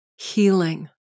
healing